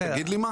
תגיד לי מה?